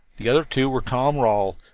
the other two were tom rawle,